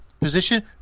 Position